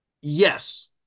yes